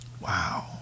wow